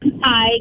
Hi